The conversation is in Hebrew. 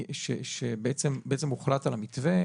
שבעצם הוחלט על המתווה.